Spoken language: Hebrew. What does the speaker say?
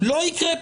זה לא יקרה.